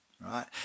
right